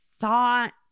thought